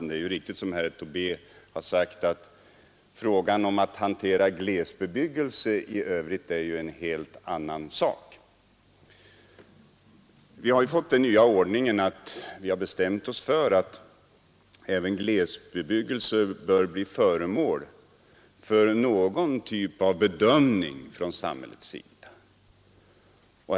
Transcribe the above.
Det är riktigt som herr Tobé sade, att frågan om glesbebyggelse är en helt annan sak. Vi har nu fått den ordningen att även glesbebyggelse bör föregås av bedömning från samhällets sida.